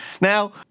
Now